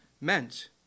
meant